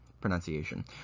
pronunciation